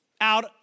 out